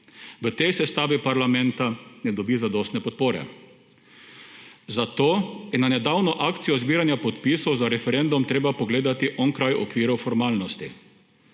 v tej sestavi parlamenta ne dobi zadostne podpore. Zato je na nedavno akcijo zbiranja podpisov za referendum treba pogledati onkraj okvirov formalnosti.